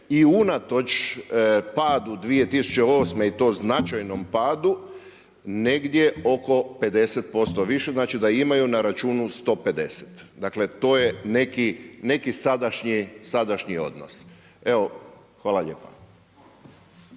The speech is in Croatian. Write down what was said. i unatoč padu 2008. i to značajnom padu negdje oko 50% više, znači da imaju na računu 150, dakle to je neki sadašnji odnos. Evo, hvala lijepa.